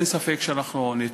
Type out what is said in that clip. לכן, אין ספק שנתמוך.